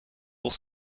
pour